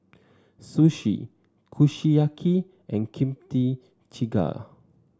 Sushi Kushiyaki and Kimchi Jjigae